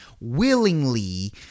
willingly